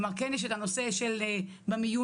הנושא של האבטחה,